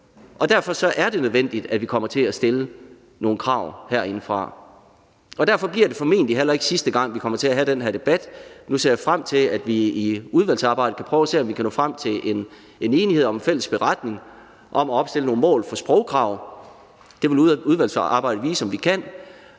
Derfor er det nødvendigt, at vi kommer til at stille nogle krav herindefra, og derfor er det formentlig heller ikke sidste gang, vi kommer til at have den her debat. Nu ser jeg ser frem til, at vi i udvalgsarbejdet kan prøve at se, om vi kan nå frem til en enighed om en fælles beretning om at opstille nogle mål for sprogkrav. Det vil udvalgsarbejdet vise om vi kan,